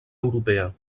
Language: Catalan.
europea